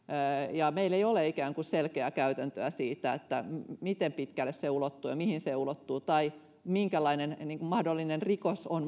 ja meillä ei ole selkeää käytäntöä siitä miten pitkälle se ulottuu ja mihin se ulottuu tai minkälainen mahdollinen rikos on